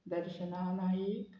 Darshana Naik